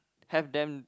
have them